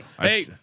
Hey